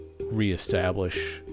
reestablish